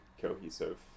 cohesive